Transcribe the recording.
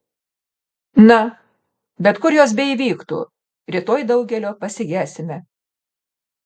na bet kur jos beįvyktų rytoj daugelio pasigesime